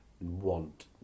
want